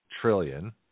trillion